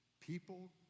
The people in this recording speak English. People